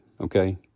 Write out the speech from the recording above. Okay